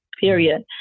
period